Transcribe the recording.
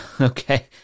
Okay